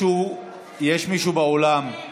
(קוראת בשמות חברי הכנסת)